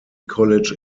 college